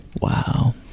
wow